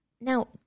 Now